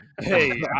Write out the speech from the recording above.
Hey